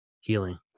healing